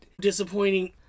disappointing